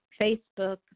Facebook